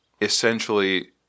essentially